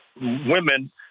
women